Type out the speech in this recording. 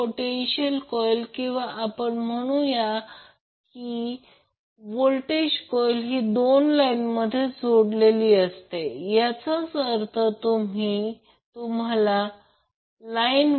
4° ampere होईल आणि wattmeter reading power P1 साठी ते VAN Ia cos VAN Ia असेल याचा अर्थ या वॅटमीटरसाठी ते येथे जोडलेले आहे